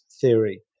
theory